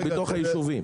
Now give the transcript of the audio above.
וזה בתוך היישובים.